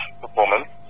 performance